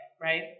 right